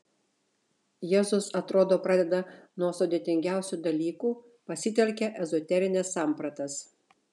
jėzus atrodo pradeda nuo sudėtingiausių dalykų pasitelkia ezoterines sampratas